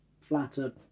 flatter